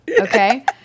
Okay